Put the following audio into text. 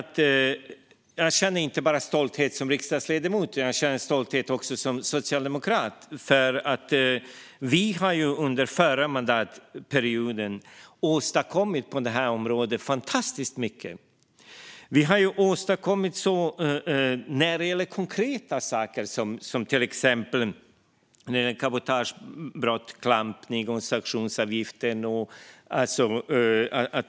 Jag känner inte bara stolthet som riksdagsledamot, utan jag känner stolthet också som socialdemokrat. Under den förra mandatperioden åstadkom vi nämligen fantastiskt mycket på det här området. Vi har åstadkommit så konkreta saker som exempelvis cabotagebrott, klampning och sanktionsavgift.